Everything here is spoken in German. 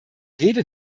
rede